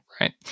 right